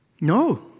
No